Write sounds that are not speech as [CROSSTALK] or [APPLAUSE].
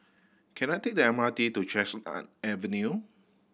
can I take the M R T to [UNINTELLIGIBLE] Avenue